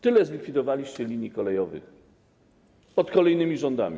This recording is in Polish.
Tyle zlikwidowaliście linii kolejowych pod kolejnymi rządami.